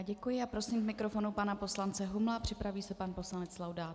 Děkuji a prosím k mikrofonu pana poslance Humla, připraví se pan poslanec Laudát.